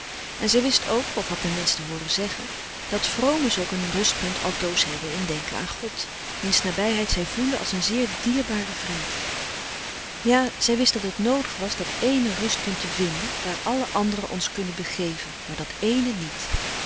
en zij wist ook of had ten minste hooren zeggen dat vromen zulk een rustpunt altoos hebben in denken aan god wiens nabijheid zij voelen als een zeer dierbaren vriend ja zij wist dat het noodig was dat ééne rustpunt te vinden daar alle anderen ons kunnen begeven maar dat ééne niet